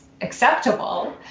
acceptable